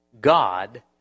God